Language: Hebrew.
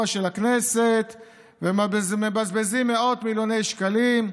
של הכנסת ומבזבזים מאות מיליוני שקלים,